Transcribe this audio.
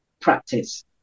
practice